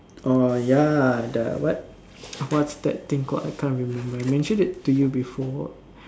orh ya the what what's that thing called I can't remember mentioned it to you before